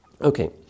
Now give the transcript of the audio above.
Okay